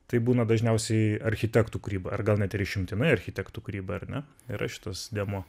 tai būna dažniausiai architektų kūryba ar gal net ir išimtinai architektų kūryba ar ne yra šitas dėmuo